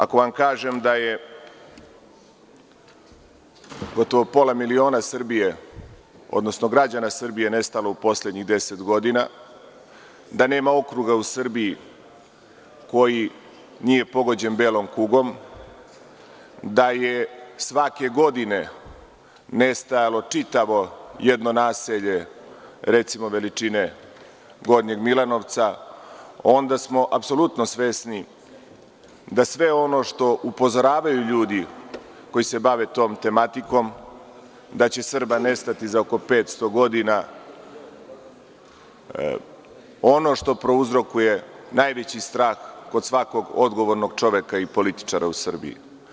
Ako vam kažem da je gotovo pola miliona Srbije, odnosno građana Srbije nestalo u poslednjih deset godina, da nema okruga u Srbiji koji nije pogođen belom kugom, da je svake godine nestajalo čitavo jedno naselje recimo veličine Gornjeg Milanovca, onda smo apsolutno svesni da sve ono što upozoravaju ljudi koji se bave tom tematikom, da će Srba nestati za oko 500 godina, ono što prouzrokuje najveći strah kod svakog odgovornog čoveka i političara u Srbiji.